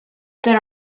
there